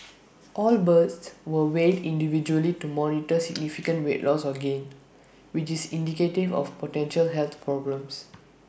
all birds were weighed individually to monitor significant weight loss or gain which is indicative of potential health problems